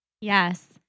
Yes